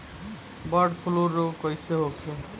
Bird flu रोग कईसे होखे?